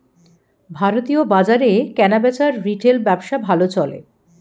ভারতীয় বাজারে কেনাবেচার রিটেল ব্যবসা ভালো চলে